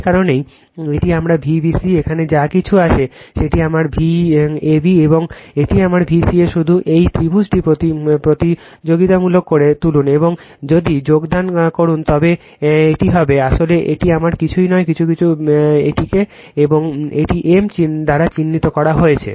এই কারণেই এটি আমার Vbc এখানে যা কিছু আছে সেটিই আমার Vab এবং এটি আমার Vca শুধু এই ত্রিভুজটিকে প্রতিযোগিতামূলক করে তুলুন এবং যদি যোগদান করুন তবে এটি একই হবে আসলে এটি আমার একই কিছু কিছু এটিকে একটি m হিসাবে চিহ্নিত করা হয়েছে